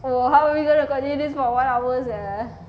so how are we gonna continue this for one hour sia